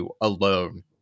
alone